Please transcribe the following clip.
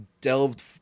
delved